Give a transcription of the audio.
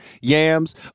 yams